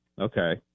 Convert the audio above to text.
Okay